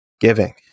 giving